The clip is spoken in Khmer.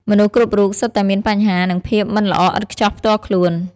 មនុស្សគ្រប់រូបសុទ្ធតែមានបញ្ហា និងភាពមិនល្អឥតខ្ចោះផ្ទាល់ខ្លួន។